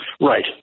Right